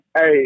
Hey